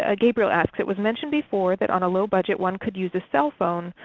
ah gabriel asked, it was mentioned before that on a low-budget one could use a cell phone,